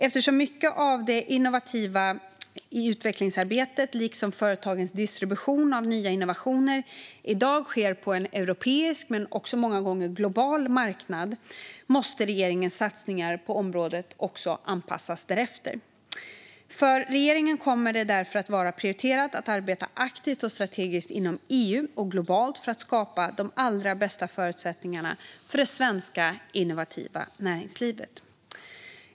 Eftersom mycket av det innovativa utvecklingsarbetet, liksom företagens distribution av nya innovationer, i dag sker på en europeisk och många gånger också global marknad måste regeringens satsningar på området anpassas därefter. För regeringen kommer det därför att vara prioriterat att arbeta aktivt och strategiskt inom EU och globalt för att skapa de allra bästa förutsättningarna för det svenska innovativa näringslivet.